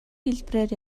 хэлбэрээр